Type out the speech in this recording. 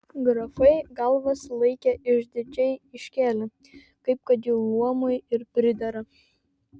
grafai galvas laikė išdidžiai iškėlę kaip kad jų luomui ir pridera